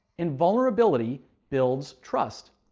and vulnerability builds trust.